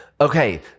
okay